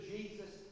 Jesus